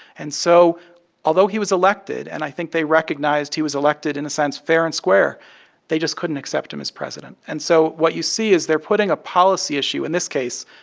and so although he was elected and i think they recognized he was elected, in a sense, fair and square they just couldn't accept him as president and so what you see is they're putting a policy issue in this case,